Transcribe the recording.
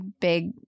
big